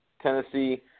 Tennessee